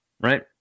right